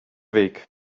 weg